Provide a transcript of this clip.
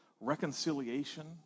reconciliation